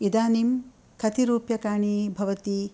इदानीं कति रूप्यकाणि भवति